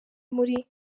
muri